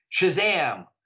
Shazam